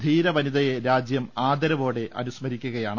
ധീരവനിതയെ രാജ്യം ആദരവോടെ അനുസ്മരിക്കുകയാണ്